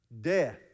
death